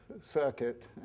circuit